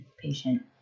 patient